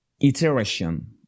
iteration